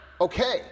Okay